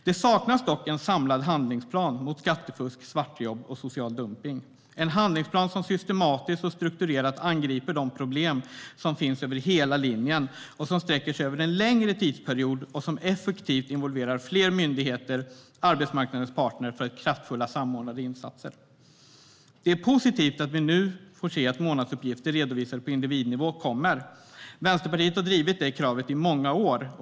Det saknas dock en samlad handlingsplan mot skattefusk, svartjobb och social dumpning, en handlingsplan som systematiskt och strukturerat angriper de problem som finns över hela linjen, som sträcker sig över en längre tidsperiod och som effektivt involverar fler myndigheter och arbetsmarknadens parter för kraftfulla samordnade insatser. Det är positivt att vi nu får se att månadsuppgifter redovisade på individnivå kommer. Vänsterpartiet har drivit det kravet i många år.